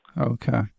Okay